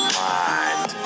mind